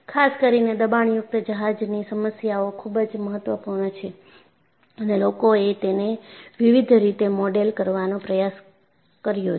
ખાસ કરીને દબાણયુક્ત જહાજની સમસ્યાઓ ખૂબ જ મહત્વપૂર્ણ છે અને લોકોએ તેને વિવિધ રીતે મોડેલ કરવાનો પ્રયાસ કર્યો છે